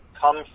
come